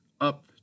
up